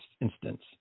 instance